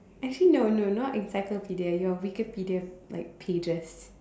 actually no no not encyclopedia you're Wikipedia like pages